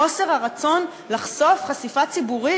חוסר הרצון לחשוף חשיפה ציבורית,